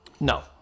No